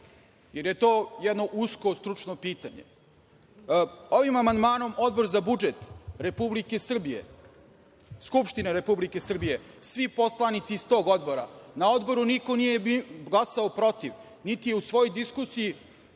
jer je to jedno usko stručno pitanje. Ovim amandmanom, Odbor za budžet Republike Srbije, Skupština Republike Srbije, svi poslanici iz tog odbora, na Odboru niko nije glasao protiv, niti je u svojoj diskusiji